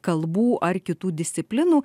kalbų ar kitų disciplinų